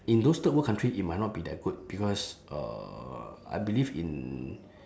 in those third world country it might not be that good because uh I believe in